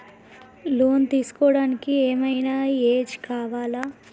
Loan తీస్కోవడానికి ఏం ఐనా ఏజ్ కావాలా?